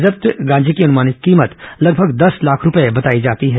जब्त गांजा की अनुमानित कीमत लगभग दस लाख रूपये बताई जाती है